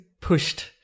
pushed